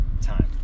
time